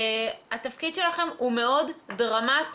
התפקיד שלכם הוא מאוד דרמטי.